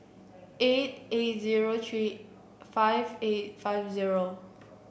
eight eight zero three five eight five zero